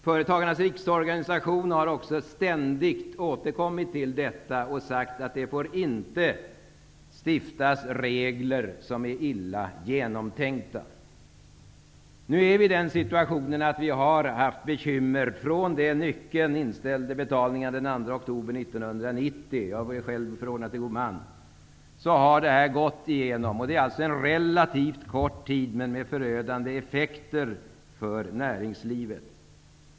Företagarnas Riksorganisation har också ständigt återkommit till detta och sagt att det inte får bli regler som är illa genomtänkta. Vi har haft bekymmer med detta sedan Nyckeln inställde betalningarna den 2 oktober 1990 -- jag var själv förordnad till god man. Det är alltså en relativt kort tid, men detta har haft förödande effekter för näringslivet.